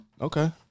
Okay